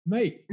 Mate